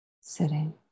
Sitting